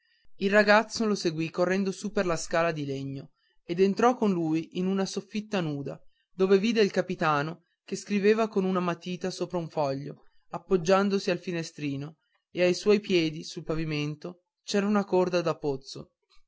il ragazzo lo seguì correndo su per una scala di legno ed entrò con lui in una soffitta nuda dove vide il capitano che scriveva con una matita sopra un foglio appoggiandosi al finestrino e ai suoi piedi sul pavimento c'era una corda da pozzo